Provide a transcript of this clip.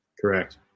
Correct